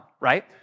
right